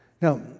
Now